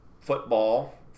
football